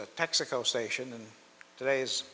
a texaco station and today's